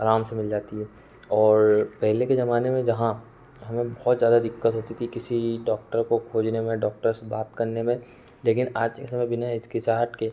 आराम से मिल जाती है और पहले के जमाने में जहाँ हमें बहुत ज़्यादा दिक्कत होती थी किसी डौक्टर को खोजने में डौक्टर से बात करने में लेकिन आज के समय में बिना हिचकिचाहट के